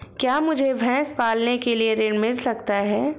क्या मुझे भैंस पालने के लिए ऋण मिल सकता है?